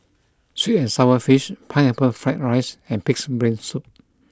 Sweet and Sour Fish Pineapple Fried Rice and Pig'S Brain Soup